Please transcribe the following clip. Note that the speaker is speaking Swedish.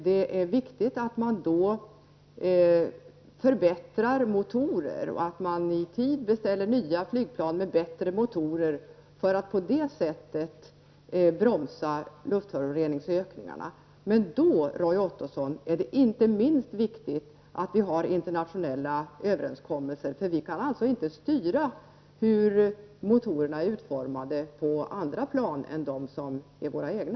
Det är viktigt att man förbättrar motorer och i tid beställer nya flygplan med bättre motorer för att på detta sätt bromsa ökningen av luftföroreningarna. Men det är då inte minst viktigt, Roy Ottosson, att vi har internationella överenskommelser. Vi kan inte styra hur motorerna är utformade i andra plan än våra egna.